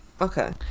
Okay